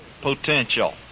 potential